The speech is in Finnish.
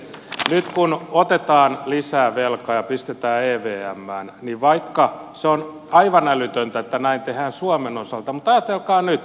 nyt kun otetaan lisää velkaa ja pistetään evmään niin vaikka se on aivan älytöntä että näin tehdään suomen osalta ajatelkaa nyt